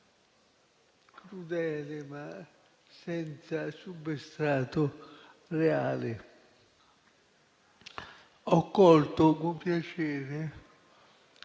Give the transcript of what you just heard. crudele, ma senza substrato reale. Ho colto con piacere